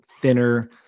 thinner